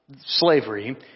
slavery